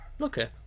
Okay